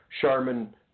Charmin